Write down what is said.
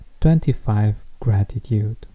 25GRATITUDE